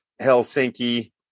Helsinki